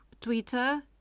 Twitter